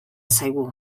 zaigu